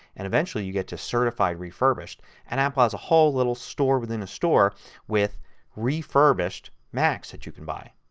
and eventually you get to certified refurbished and apple has a whole little store within a store with refurbished macs that you can buy.